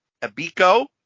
Abiko